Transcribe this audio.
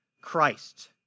Christ